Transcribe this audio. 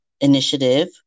initiative